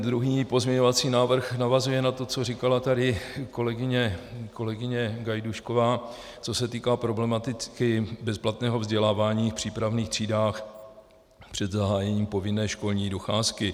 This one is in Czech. Druhý pozměňovací návrh navazuje na to, co říkala tady kolegyně Gajdůšková, co se týče problematiky bezplatného vzdělávání v přípravných třídách před zahájením povinné školní docházky.